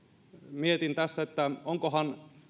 mietin tässä onkohan